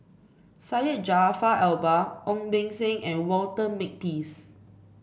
Syed Jaafar Albar Ong Beng Seng and Walter Makepeace